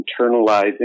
internalizing